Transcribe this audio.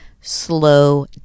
slow